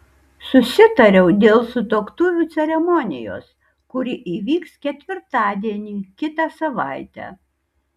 susitariau dėl sutuoktuvių ceremonijos kuri įvyks ketvirtadienį kitą savaitę